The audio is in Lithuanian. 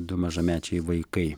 du mažamečiai vaikai